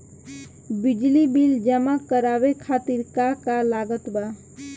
बिजली बिल जमा करावे खातिर का का लागत बा?